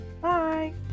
Bye